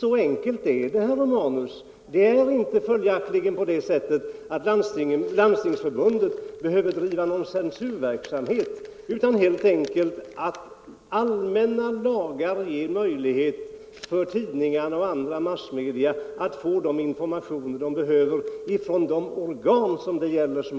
Så enkelt är det, herr Romanus. Det är följaktligen inte så att Landstingsförbundet behöver bedriva någon censurverksamhet. Allmänna lagar ger helt enkelt tidningar och andra massmedia möjlighet att få de informationer de önskar från de organ som